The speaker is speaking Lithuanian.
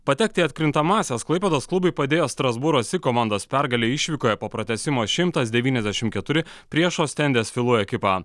patekti į atkrintamąsias klaipėdos klubui padėjo strasbūro sig komandos pergalė išvykoje po pratęsimo šimtas devyniasdešimt keturi prieš ostendės filou ekipą